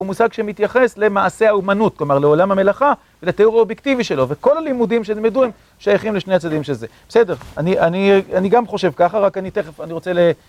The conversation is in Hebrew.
הוא מושג שמתייחס למעשי האומנות, כלומר לעולם המלאכה ולתיאור האובייקטיבי שלו, וכל הלימודים שנלמדו הם שייכים לשני הצדדים של זה. בסדר. אני גם חושב ככה, רק אני תכף, אני רוצה ל...